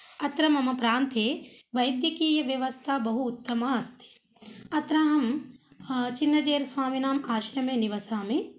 अत्र मम प्रान्त्ये वैद्यकीय व्यवस्था बहु उत्तमा अस्ति अत्र अहं चिन्नजेर् स्वामिनां आश्रमे निवसामि